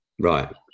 right